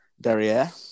derriere